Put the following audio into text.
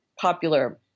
popular